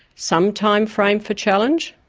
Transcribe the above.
some time frame for challenge,